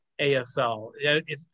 ASL